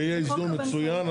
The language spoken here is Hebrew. שיהיה איזון מצוין,